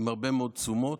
עם הרבה מאוד תשומות.